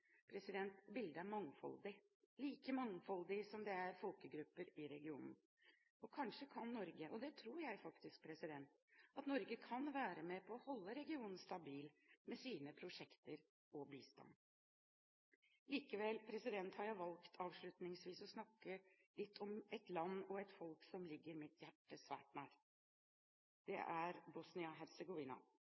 Bildet er mangfoldig – like mangfoldig som det er folkegrupper i regionen. Kanskje kan Norge med sine prosjekter og bistand – det tror jeg faktisk – være med på å holde regionen stabil. Likevel har jeg avslutningsvis valgt å snakke litt om et land og et folk som ligger mitt hjerte svært nært – det er